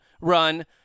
run